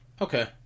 Okay